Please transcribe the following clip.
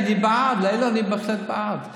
אני בעד, לאלו אני בהחלט בעד.